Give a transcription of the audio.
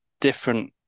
different